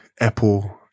Apple